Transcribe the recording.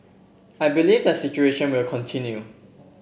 I believe the situation will continue